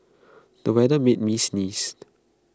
the weather made me sneeze